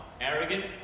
Arrogant